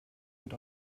wird